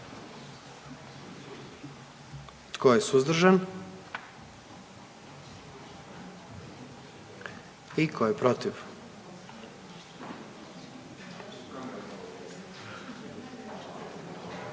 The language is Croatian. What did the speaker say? Tko je suzdržan? I tko je protiv?